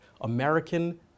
American